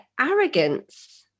arrogance